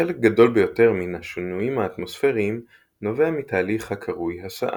חלק גדול ביותר מן השינויים האטמוספיריים נובע מתהליך הקרוי הסעה.